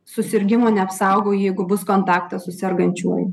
susirgimo neapsaugo jeigu bus kontaktas su sergančiuoju